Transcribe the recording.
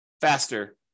faster